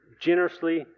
generously